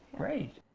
great.